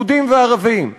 יהודים וערבים,